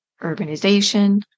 urbanization